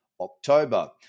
October